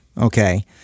okay